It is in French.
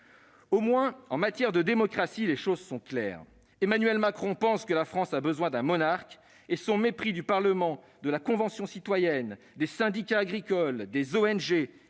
Au moins, en matière de démocratie, les choses sont claires. Emmanuel Macron pense que la France a besoin d'un monarque, et son mépris du Parlement, de la Convention citoyenne pour le climat, des syndicats agricoles, des ONG